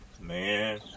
Man